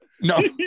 No